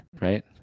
right